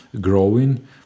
growing